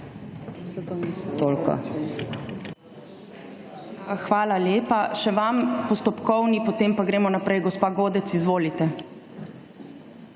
Hvala lepa. Še vam postopkovni, potem pa gremo naprej, gospa Godec. Izvolite.